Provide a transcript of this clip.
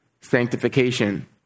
sanctification